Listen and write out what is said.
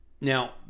Now